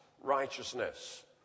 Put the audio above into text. righteousness